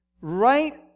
right